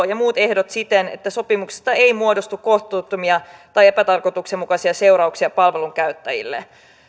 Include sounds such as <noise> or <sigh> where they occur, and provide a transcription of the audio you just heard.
<unintelligible> ja muut ehdot siten että sopimuksesta ei muodostu kohtuuttomia tai epätarkoituksenmukaisia seurauksia palvelun käyttäjille